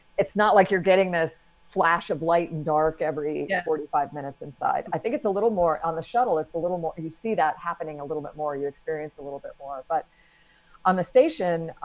it's not like you're getting this flash of light and dark every yeah forty five minutes inside. i think it's a little more on the shuttle. it's a little more. you see that happening a little bit more. you experience a little bit more. but on the station,